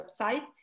website